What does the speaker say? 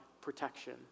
protection